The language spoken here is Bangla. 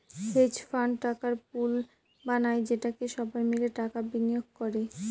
হেজ ফান্ড টাকার পুল বানায় যেটাতে সবাই মিলে টাকা বিনিয়োগ করে